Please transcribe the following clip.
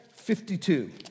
52